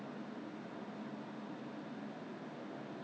so 我想我想那时我本来想说要去这个的